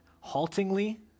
haltingly